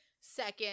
second